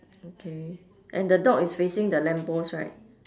okay and the dog is facing the lamp post right